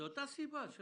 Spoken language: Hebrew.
מאותה סיבה.